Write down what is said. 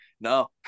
No